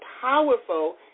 powerful